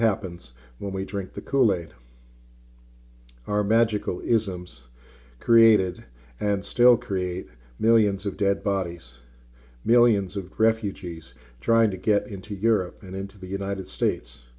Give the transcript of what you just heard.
happens when we drink the kool aid our magical isms created and still create millions of dead bodies millions of refugees trying to get into europe and into the united states